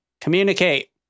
communicate